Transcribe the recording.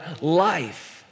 life